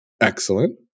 Excellent